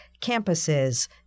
campuses